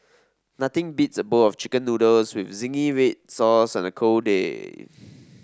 nothing beats a bowl of chicken noodles with zingy red sauce on a cold day